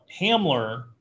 Hamler